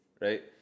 right